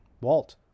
Walt